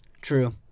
True